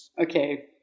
Okay